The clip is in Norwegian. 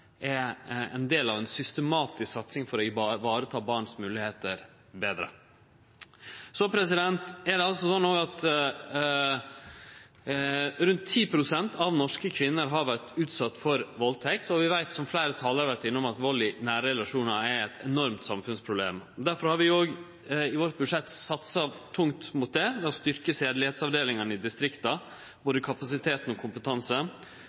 er ein del av ei systematisk satsing for betre å vareta barns moglegheiter. Så er det altså slik at rundt 10 pst. av norske kvinner har vore utsette for valdtekt, og vi veit – som fleire talarar har vore inne på – at vald i nære relasjonar er eit enormt samfunnsproblem. Derfor har vi òg i vårt budsjett satsa tungt på å styrkje sedelegheitsavdelingane i distrikta, både kapasiteten og